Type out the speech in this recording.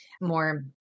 more